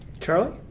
Charlie